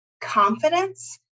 confidence